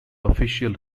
official